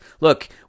look